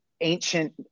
ancient